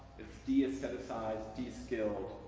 it's deestheticized, deskilled,